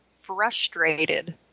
frustrated